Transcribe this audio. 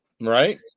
Right